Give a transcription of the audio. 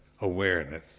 awareness